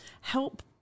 help